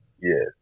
Yes